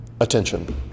attention